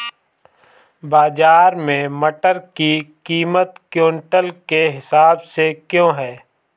बाजार में मटर की कीमत क्विंटल के हिसाब से क्यो है?